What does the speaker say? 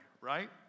right